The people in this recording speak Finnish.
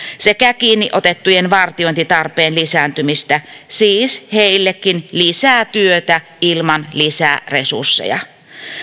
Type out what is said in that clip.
sekä kiinniotettujen vartiointitarpeen lisääntymistä siis heillekin lisää työtä ilman lisäresursseja